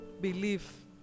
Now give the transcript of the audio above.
belief